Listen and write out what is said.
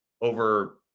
over